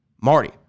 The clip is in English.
Marty